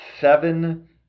seven